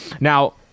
now